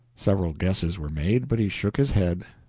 several guesses were made, but he shook his head.